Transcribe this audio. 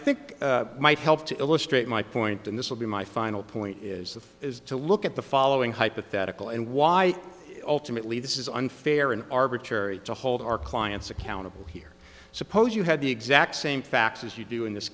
think might help to illustrate my point and this will be my final point is this is to look at the following hypothetical and why ultimately this is unfair and arbitrary to hold our clients accountable here suppose you had the exact same facts as you do in this